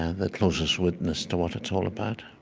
ah the closest witness to what it's all about